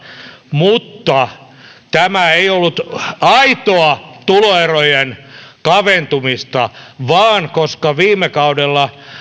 mutta tämä ei ollut aitoa tuloerojen kaventumista vaan koska viime kaudella